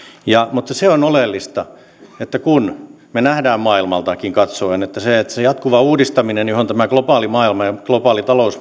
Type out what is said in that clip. mutta se on oleellista kun me näemme maailmaltakin katsoen että jatkuva uudistaminen johon tämä globaali maailma ja globaali talous